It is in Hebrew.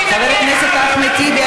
חבר הכנסת אחמד טיבי,